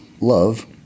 love